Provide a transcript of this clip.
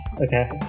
Okay